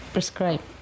Prescribe